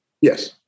Yes